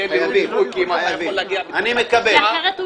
עבד אל חכים חאג' יחיא (הרשימה המשותפת): כן, כן.